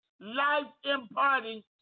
life-imparting